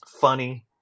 Funny